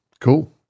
Cool